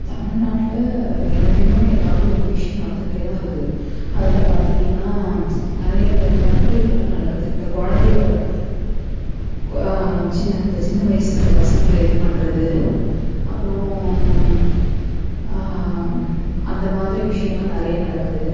தமிழ்நாட்ல தினம் தினம் ஏதாவது ஒரு விஷயம் நடந்துக்கிட்டே தான் இருக்குது அதில் பார்த்தீங்கனா நிறைய இந்த கற்பழிப்புலாம் நடக்குது இந்த கொழந்தையோட சி இந்த சின்ன வயதில் இந்த பசங்களை இது பண்றது அப்புறம் அந்தமாதிரி விஷயம்லாம் நிறையா நடக்குது